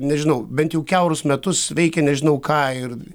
nežinau bent jau kiaurus metus veikia nežinau ką ir